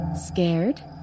Scared